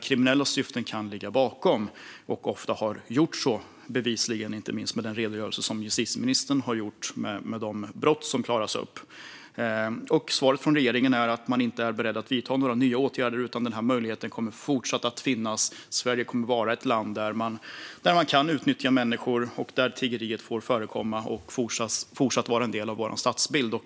Kriminella syften kan ligga bakom detta. Så har det bevisligen ofta varit - jag tänker inte minst på den redogörelse som justitieministern har gjort när det gäller de brott som klaras upp. Svaret från regeringen är att man inte är beredd att vidta några nya åtgärder. Denna möjlighet kommer att fortsätta att finnas. Sverige kommer att vara ett land där man kan utnyttja människor och där tiggeriet får förekomma och vara en del av vår stadsbild.